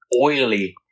oily